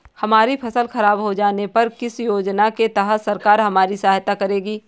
हमारी फसल खराब हो जाने पर किस योजना के तहत सरकार हमारी सहायता करेगी?